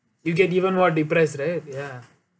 you get even more depressed right ya